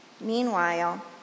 Meanwhile